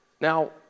Now